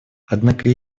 однако